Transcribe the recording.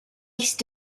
ice